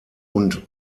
und